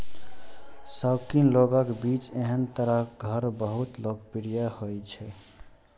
शौकीन लोगक बीच एहन तरहक घर बहुत लोकप्रिय होइ छै